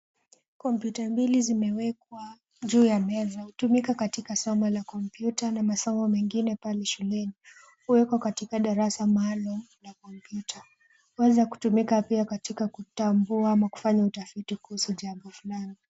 Computer mbili zimewekwa, juu ya meza. Hutumika katika somo la Computer na masomo mengine pale shuleni. Huwekwa katika darasa maalum la Computer . Huweza kutumika pia katika kutambua ama kufanya utafiti kuhusu jambo fulani.